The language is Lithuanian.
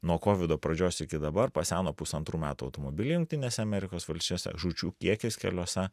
nuo kovido pradžios iki dabar paseno pusantrų metų automobiliai jungtinėse amerikos valstijose žūčių kiekis keliuose